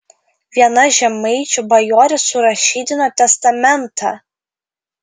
viena žemaičių bajorė surašydino testamentą